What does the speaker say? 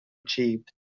achieved